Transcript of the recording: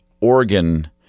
organ